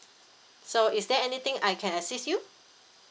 so is there anything I can assist you